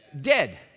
Dead